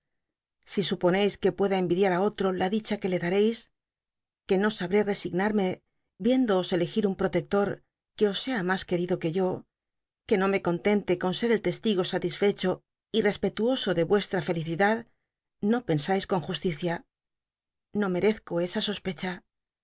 si suponeis uc pueda envidiar i oho la dicha que le dareis que no sabré resignarme yiéncloos clcgil un proleclor que os sc l mas querido que yo que no me contente con ser el testigo salisl'ccho y respetuoso de vuestra felicidad no pensais con jnslicia no merezco esa sospecha